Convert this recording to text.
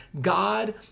God